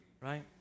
Right